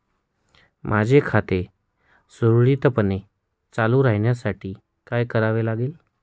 माझे खाते सुरळीतपणे चालू राहण्यासाठी काय करावे लागेल?